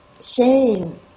shame